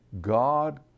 God